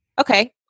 okay